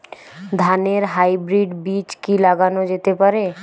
ধানের হাইব্রীড বীজ কি লাগানো যেতে পারে?